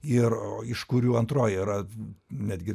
ir iš kurių antroji yra netgi